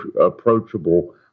approachable